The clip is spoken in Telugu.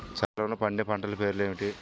చలికాలంలో పండే పంటల పేర్లు ఏమిటీ?